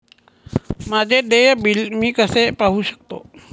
माझे देय बिल मी कसे पाहू शकतो?